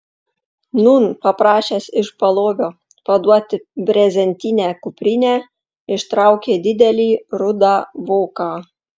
nūn paprašęs iš palovio paduoti brezentinę kuprinę ištraukė didelį rudą voką